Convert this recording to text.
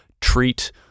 treat